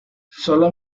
solo